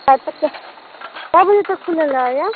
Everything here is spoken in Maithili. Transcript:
अच्छा कै बजे तक खुलल रहैया